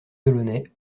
delaunay